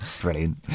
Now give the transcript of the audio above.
Brilliant